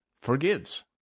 forgives